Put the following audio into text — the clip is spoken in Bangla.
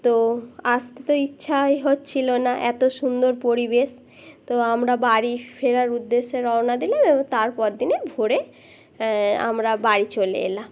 তো আসতে তো ইচ্ছা হচ্ছিলো না এতো সুন্দর পরিবেশ তো আমরা বাড়ি ফেরার উদ্দেশ্যে রওনা দিলাম এবং তারপর দিনে ভরে আমরা বাড়ি চলে এল